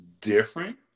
different